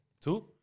Two